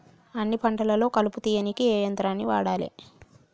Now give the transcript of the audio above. అన్ని పంటలలో కలుపు తీయనీకి ఏ యంత్రాన్ని వాడాలే?